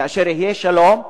כאשר יהיה שלום,